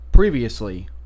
Previously